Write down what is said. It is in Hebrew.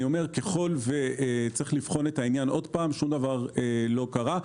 ככל וצריך לבחון את העניין שוב, שום דבר לא קרה.